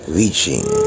reaching